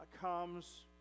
comes